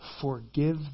forgive